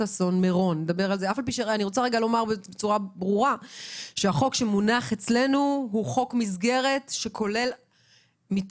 אני רוצה לומר בצורה ברורה שהחוק שמונח אצלנו הוא חוק מסגרת שכולל מעין